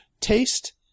taste